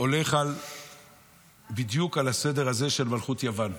הולך בדיוק על הסדר הזה של מלכות יוון.